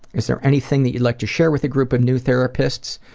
is there anything that you'd like to share with a group of new therapists?